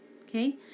Okay